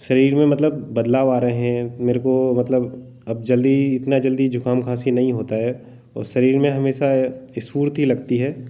शरीर में मतलब बदलाव आ रहे हैँ मेरे को मतलब अब जल्दी इतना जल्दी जुकाम खाँसी नहीं होता है और शरीर में हमेशा स्फूर्ति लगती है